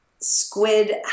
Squid